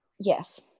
Yes